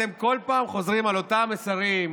אתם כל פעם חוזרים על אותם מסרים,